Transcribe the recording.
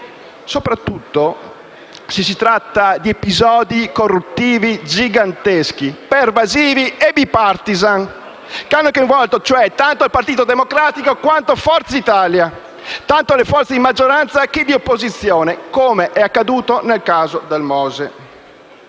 soprattutto se si tratta di episodi corruttivi giganteschi, pervasivi e *bipartisan* che hanno coinvolto tanto il Partito Democratico quanto Forza Italia, tanto le forze di maggioranza quanto quelle di opposizione, come è accaduto nel caso del MOSE.